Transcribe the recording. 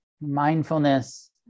Mindfulness